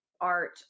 art